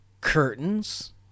Curtains